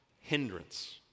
hindrance